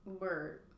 Word